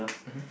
mmhmm